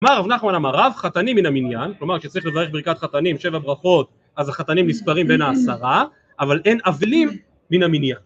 מערב אנחנו על המערב חתנים מן המניין כלומר כשצריך לברך ברכת חתנים שבע ברכות אז החתנים נספרים בין העשרה אבל אין אבלים מן המניין